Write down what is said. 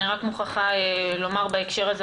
אני מוכרחה לומר בהקשר הזה,